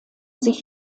sich